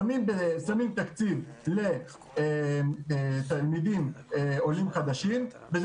שמים תקציב לתלמידים עולים חדשים וזה